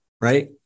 right